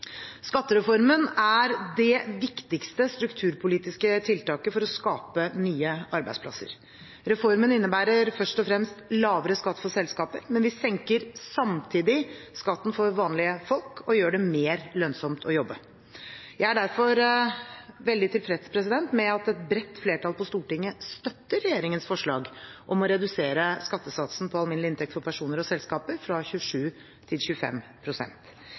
Skattereformen er det viktigste strukturpolitiske tiltaket for å skape nye arbeidsplasser. Reformen innebærer først og fremst lavere skatt for selskaper, men vi senker samtidig skatten for vanlige folk og gjør det mer lønnsomt å jobbe. Jeg er derfor veldig tilfreds med at et bredt flertall på Stortinget støtter regjeringens forslag om å redusere skattesatsen på alminnelig inntekt for personer og selskaper fra 27 pst. til